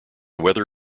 weather